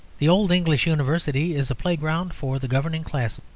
the old english university is a playground for the governing class.